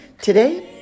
Today